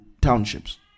townships